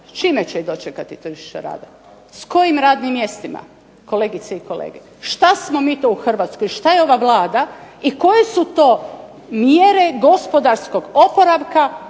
S čime će ih dočekati tržište rada? S kojim radnim mjestima kolegice i kolege? Što smo mi to u Hrvatskoj, što je ova Vlada i koje su to mjere gospodarskog oporavka